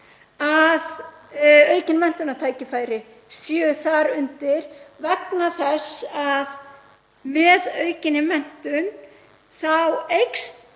að aukin menntunartækifæri séu þar undir vegna þess að með aukinni menntun eykst